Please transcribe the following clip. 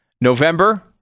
november